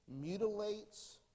mutilates